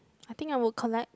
I think I would collect